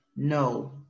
no